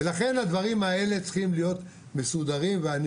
לכן הדברים האלה צריכים להיות מסודרים ואני